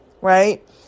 right